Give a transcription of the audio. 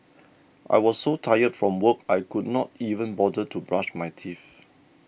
I was so tired from work I could not even bother to brush my teeth